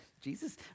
Jesus